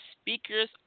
speakers